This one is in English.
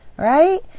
Right